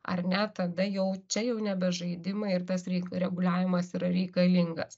ar ne tada jau čia jau nebe žaidimai ir tas reik reguliavimas yra reikalingas